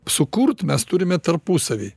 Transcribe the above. sukurt mes turime tarpusavy